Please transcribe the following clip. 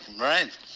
right